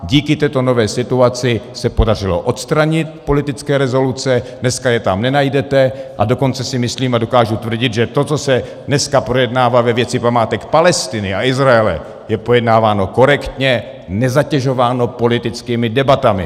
Díky této nové situaci se podařilo odstranit politické rezoluce, dneska je tam nenajdete, a dokonce si myslím a dokážu tvrdit, že to, co se dneska projednává ve věci památek Palestiny a Izraele, je pojednáváno korektně, nezatěžováno politickými debatami.